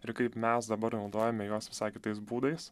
ir kaip mes dabar naudojame juos visai kitais būdais